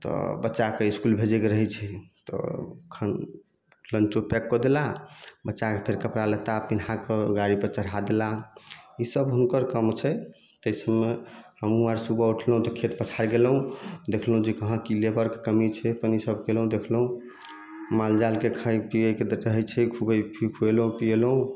तऽ बच्चाके इसकुल भेजैके रहैत छै तऽ ख लंचो पैक कऽ देला बच्चाके फेर कपड़ा लत्ता पीनहाके गाड़ी पर चढ़ा देला ईसब हुनकर काम छै तै सबमे हमहुँ आर सुबह उठलहुँ तऽ खेत पथार गेलहुँ देखलहुँ जे कहाँ की लेबरके कमी छै अपन ईसब कयलहुँ देखलहुँ मालजालके खाए पीएके तऽ रहैत छै खुएलहुँ पीएलहुँ